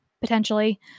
potentially